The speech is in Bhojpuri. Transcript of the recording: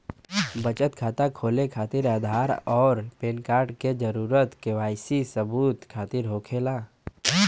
बचत खाता खोले खातिर आधार और पैनकार्ड क जरूरत के वाइ सी सबूत खातिर होवेला